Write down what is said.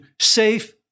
Safe